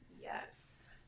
Yes